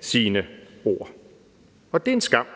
sine ord. Og det er en skam.